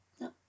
No